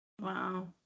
Wow